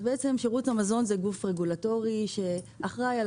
אז שירות המזון זה בעצם גוף רגולטורי שאחראי על